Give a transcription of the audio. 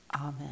amen